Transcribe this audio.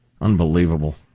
Unbelievable